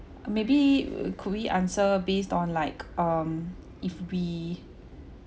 maybe could we answer based on like um if we